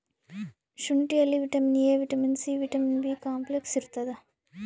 ಶುಂಠಿಯಲ್ಲಿ vitamin A vitamin C vitamin B complex ಇರ್ತಾದ